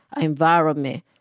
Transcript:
environment